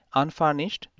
unfurnished